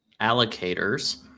allocators